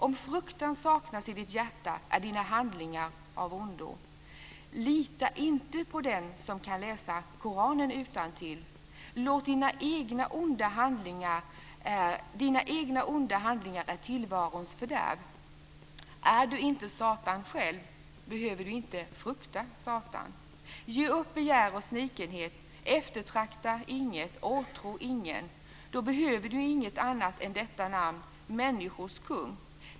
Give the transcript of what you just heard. Om fruktan saknas i ditt hjärta är dina handlingar av ondo. Lita inte på den som kan läsa Koranen utantill. Dina egna onda handlingar är tillvarons fördärv. Är du inte Satan själv behöver du inte frukta Satan. Ge upp begär och snikenhet, eftertrakta inget, åtrå ingen. Då behöver du inget annat än detta namn: Människors Kung.